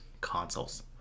consoles